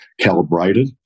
calibrated